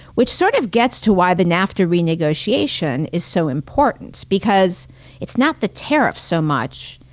which sort of gets to why the nafta renegotiation is so important because it's not the tariff so much.